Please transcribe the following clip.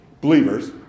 believers